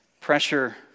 pressure